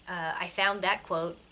i found that quote,